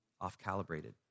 off-calibrated